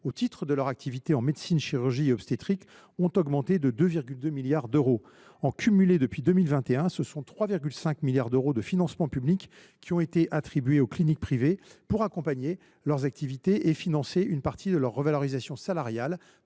au titre de leur activité en médecine, chirurgie et obstétrique ont augmenté de 2,2 milliards d’euros. Depuis 2021, ce sont au total 3,5 milliards d’euros de financements publics qui ont été attribués aux cliniques privées pour accompagner leurs activités et financer une partie des revalorisations salariales